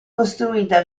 costruita